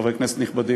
חברי כנסת נכבדים,